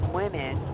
women